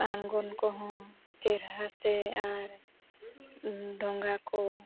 ᱟᱬᱜᱚᱱ ᱠᱚᱦᱚᱸ ᱪᱮᱦᱨᱟ ᱥᱮ ᱟᱨ ᱰᱷᱚᱸᱜᱟ ᱠᱚ